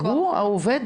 הוא העובד ?